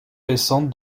récente